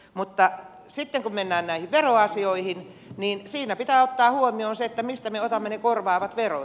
mutta sitten kun mennään näihin veroasioihin niin siinä pitää ottaa huomioon se että mistä me otamme ne korvaavat verot